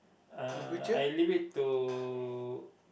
uh I leave it to